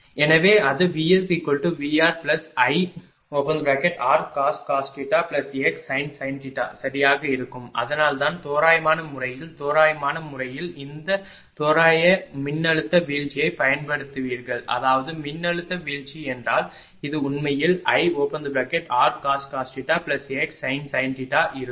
எனவே அது VSVRIrcos xsin சரியாக இருக்கும் அதனால் தான் தோராயமான முறையில் தோராயமான முறையில் இந்த தோராய மின்னழுத்த வீழ்ச்சியைப் பயன்படுத்துவீர்கள் அதாவது மின்னழுத்த வீழ்ச்சி என்றால் இது உண்மையில் Ircos xsin இருக்கும்